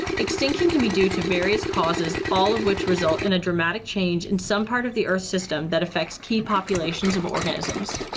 extinction can be due to various causes all of which result in a dramatic change in some part of the earth system that affects key populations of organisms.